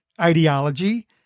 ideology